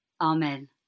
Amen